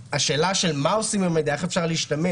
השאלה של מה עושים עם המידע ואיך אפשר להשתמש,